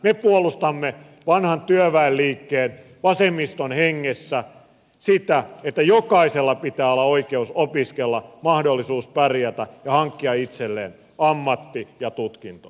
me puolustamme vanhan työväenliikkeen vasemmiston hengessä sitä että jokaisella pitää olla oikeus opiskella mahdollisuus pärjätä ja hankkia itselleen ammatti ja tutkinto